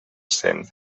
cent